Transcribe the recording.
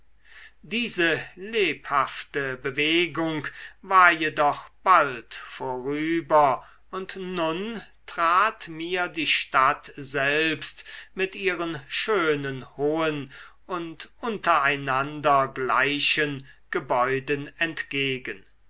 diese lebhafte bewegung war jedoch bald vorüber und nun trat mir die stadt selbst mit ihren schönen hohen und unter einander gleichen gebäuden entgegen